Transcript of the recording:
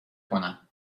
کنم